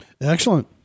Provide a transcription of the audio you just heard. Excellent